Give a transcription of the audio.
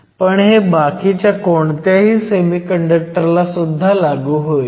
पण हे बाकीच्या कोणत्याही सेमीकंडक्टर ला सुद्धा लागू होईल